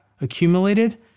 accumulated